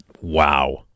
Wow